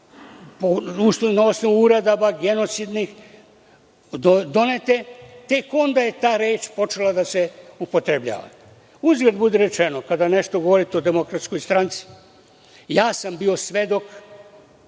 ostalih, na osnovu uredaba genocidnih donete tek onda je ta reč počela da se upotrebljava. Uzgred budi rečeno, kada nešto govorite o DS, ja sam bio svedok